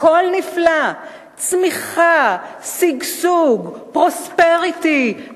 הכול נפלא: צמיחה, שגשוג, פרוספריטי.